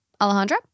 Alejandra